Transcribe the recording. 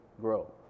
grow